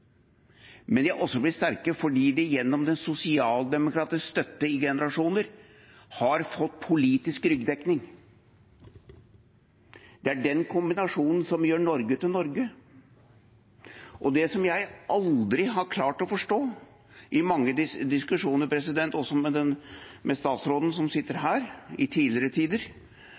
de er også blitt sterke fordi de gjennom sosialdemokratisk støtte i generasjoner har fått politisk ryggdekning. Det er den kombinasjonen som gjør Norge til Norge. Det jeg aldri har klart å forstå i mange diskusjoner, også i tidligere tider med statsråden som sitter her,